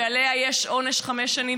שעליה יש עונש חמש שנים.